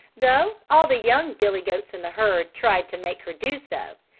though all the young billy goats in the herd tried to make her do so,